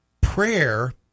prayer